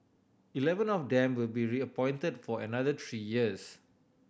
eleven of them will be reappointed for another three years